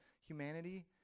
humanity